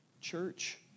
church